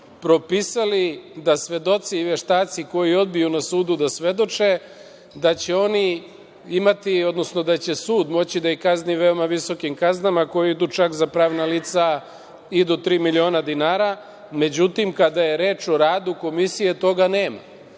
propisali da svedoci o veštaci koji odbiju na sudu da svedoče, da će oni imati, odnosno da će sud moći da ih kazni veoma visokim kaznama koje idu čak za pravna lica i do tri miliona dinara, međutim kada je reč o radu komisije toga nema.